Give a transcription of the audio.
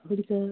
हुन्छ